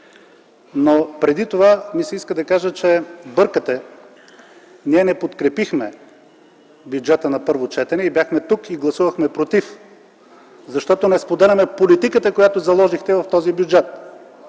Преди това ми се иска да кажа, че бъркате: ние не подкрепихме бюджета на първо четене, бяхме тук и гласувахме „против”, защото не споделяме политиката, която заложихте в този бюджет.